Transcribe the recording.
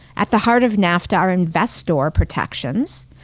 at the heart of nafta, are investor protections,